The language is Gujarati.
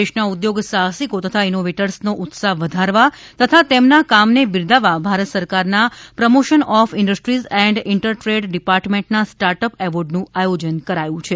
દેશના ઉદ્યોગ સાહસિકો તથા ઇનોવેટર્સનો ઉત્સાફ વધારવા તથા તેમના કામને બિરદાવવા ભારત સરકારના promotion of industry and inter trade ડિપાર્ટમેન્ટના સ્ટાર્ટ અપ એવોર્ડનુ આયોજન કરાયુ છે